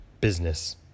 business